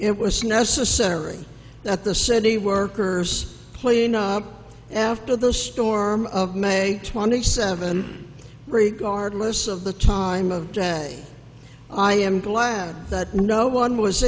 it was necessary that the city workers playing up after the storm of may twenty seven regardless of the time of day i am glad that no one was